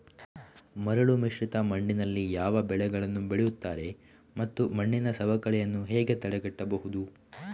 ಮರಳುಮಿಶ್ರಿತ ಮಣ್ಣಿನಲ್ಲಿ ಯಾವ ಬೆಳೆಗಳನ್ನು ಬೆಳೆಯುತ್ತಾರೆ ಮತ್ತು ಮಣ್ಣಿನ ಸವಕಳಿಯನ್ನು ಹೇಗೆ ತಡೆಗಟ್ಟಬಹುದು?